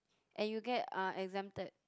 and you get exempted